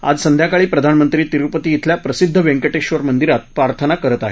आज संध्याकाळी प्रधानमंत्री तिरुपती धिल्या प्रसिद्ध वेंकटेश्वर मंदिरात प्रार्थना करत आहेत